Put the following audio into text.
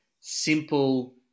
simple